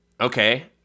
Okay